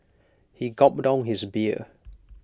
he gulped down his beer